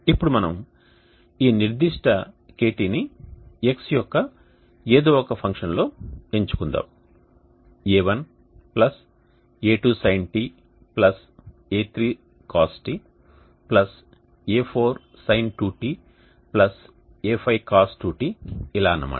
ఇప్పుడు మనం ఈ నిర్దిష్ట KT ని x యొక్క ఏదో ఒక ఫంక్షన్లో ఎంచుకుందాం A1A2sinτA3cosτA4sin2τA5cos2τ ఇలా అన్న మాట